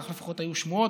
כך לפחות היו שמועות,